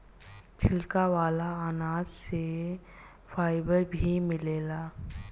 छिलका वाला अनाज से फाइबर भी मिलेला